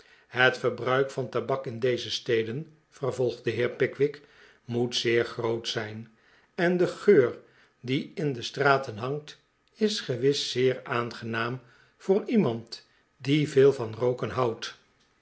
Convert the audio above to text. het verbruik van tabak in deze steden vervolgt de heer pickwick moet zeer groot zijn en de geur die in de straten hangt is gewis zeer aangenaam voor iemand die veel van rooken hpudt